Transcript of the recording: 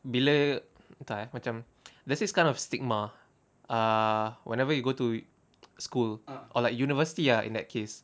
bila entah eh macam there's this kind of stigma ah whenever you go to school or like university ah in that case